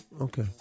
Okay